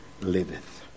liveth